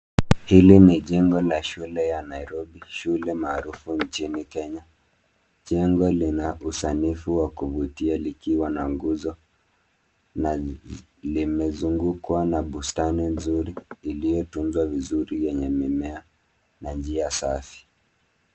Hili ni jengo la shule ya Nairobi shule maarufu nchini kenya. Jengo linausanifu wa kuvutia likiwa na nguzo na limezungukwa na bustani nzuri iliotunzwa vizuri yenye mimea na njia safi.